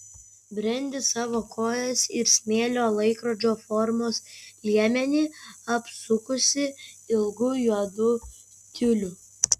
brendi savo kojas ir smėlio laikrodžio formos liemenį apsukusi ilgu juodu tiuliu